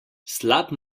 slab